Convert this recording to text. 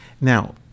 Now